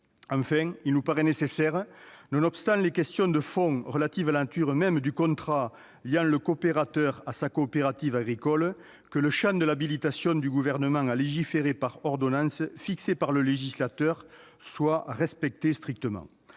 Enfin, il nous paraissait nécessaire, nonobstant les questions de fond relatives à la nature même du contrat liant le coopérateur à sa coopérative agricole, que le champ de l'habilitation du Gouvernement à légiférer par ordonnance, fixé par le législateur, soit strictement